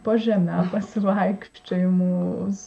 po žeme pasivaikščiojimus